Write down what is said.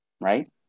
right